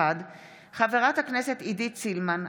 חברת הכנסת עידית סילמן,